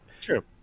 true